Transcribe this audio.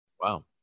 Wow